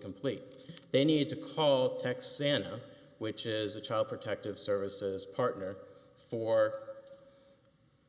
complete they need to call text santa which is the child protective services partner for